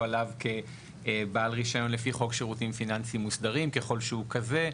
עליו כבעל רישיון לפי חוק שירותים פיננסים מוסדרים ככל שהוא כזה?